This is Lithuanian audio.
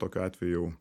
tokiu atveju jau